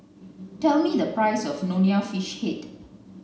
tell me the price of Nonya fish head